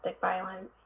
violence